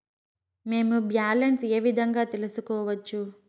మేము బ్యాలెన్స్ ఏ విధంగా తెలుసుకోవచ్చు?